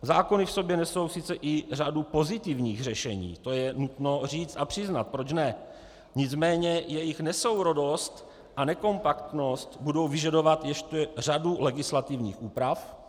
Zákony v sobě nesou sice i řadu pozitivních řešení, to je nutno říci a přiznat, proč ne, nicméně jejich nesourodost a nekompaktnost budou vyžadovat ještě řadu legislativních úprav.